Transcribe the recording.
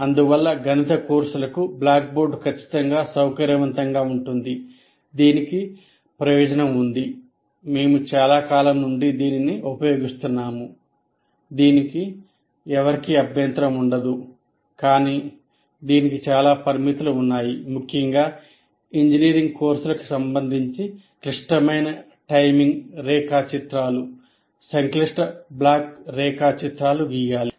అందువల్ల గణిత కోర్సులకు బ్లాక్ బోర్డ్ ఖచ్చితంగా సౌకర్యవంతంగా ఉంటుంది దీనికి ప్రయోజనం ఉంది మేము చాలా కాలం నుండి దీనిని ఉపయోగిస్తున్నాము దీనికి ఎవరికీ అభ్యంతరం ఉండదు కాని దీనికి చాలా పరిమితులు ఉన్నాయి ముఖ్యంగా ఇంజనీరింగ్ కోర్సులకు సంబంధించి క్లిష్టమైన టైమింగ్ రేఖాచిత్రాలు సంక్లిష్ట బ్లాక్ రేఖాచిత్రాలు గీయాలి